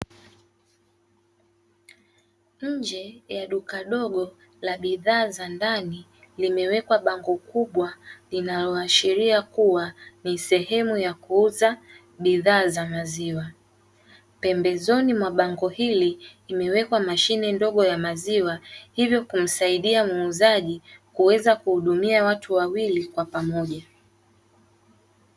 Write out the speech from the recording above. Nje ya duka dogo la bidhaa za ndani, limewekwa bango kubwa linaloashiria kuwa ni sehemu ya kuuza bidhaa za maziwa. Pembezoni mwa bango hili imewekwa mashine ndogo ya maziwa; hivyo kumsaidia muuzaji kuweza kuhudumia watu wawili kwa pamoja.